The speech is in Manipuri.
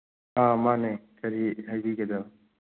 ꯑ ꯃꯥꯅꯦ ꯀꯔꯤ ꯍꯥꯏꯕꯤꯒꯗꯕ